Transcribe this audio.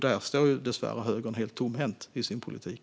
Där står dessvärre högern helt tomhänt i sin politik.